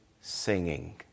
singing